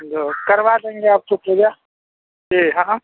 जो करवा देंगे आपकी पूजा जी हाँ